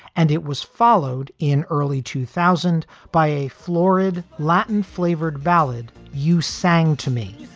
and it was followed in early two thousand by a florid latin flavored ballad you sang to me,